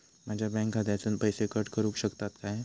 माझ्या बँक खात्यासून पैसे कट करुक शकतात काय?